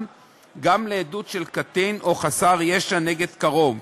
גם לעדות של קטין או חסר ישע נגד קרוב,